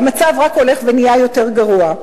והמצב רק הולך ונהיה יותר גרוע.